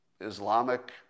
Islamic